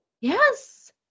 yes